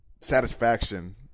satisfaction